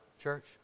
church